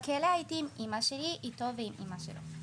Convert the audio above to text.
בכלא הייתי עם אמא שלי, איתו ועם אמא שלו.